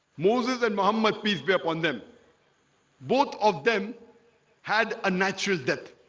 moses and mohammed peace be upon them both of them had a natural death